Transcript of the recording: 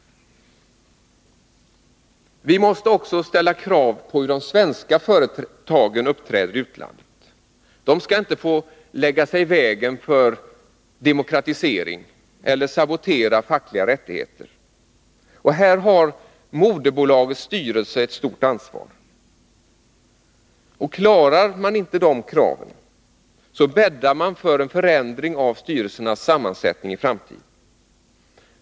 Vi måste också ställa krav på hur de svenska företagen uppträder i utlandet. De skall inte få lägga sig i vägen för demokratisering eller sabotera fackliga rättigheter. Här har moderbolagets styrelse ett stort ansvar. Klarar man inte de kraven bäddar man för förändringar av styrelsernas sammansättning i framtiden.